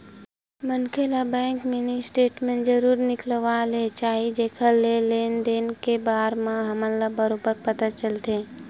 मनखे ल bank mini statement जरूर निकलवा ले चाही जेखर ले लेन देन के बार म हमन ल बरोबर पता चलथे